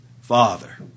father